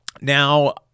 Now